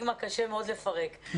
סטיגמה קשה מאוד לפרק,